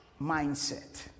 mindset